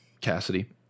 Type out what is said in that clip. Cassidy